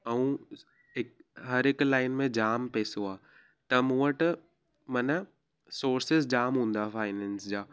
ऐं इकु हर हिकु लाइन में जामु पैसो आहे त मूं वटि माना सोर्सीस जामु हूंदा फाइनैंस जा